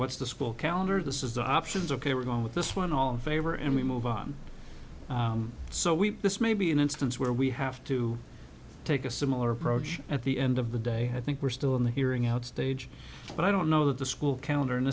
what's the school calendar this is the options ok we're going with this one all in favor and we move on so we this may be an instance where we have to take a similar approach at the end of the day i think we're still in the hearing out stage but i don't know that the school calendar and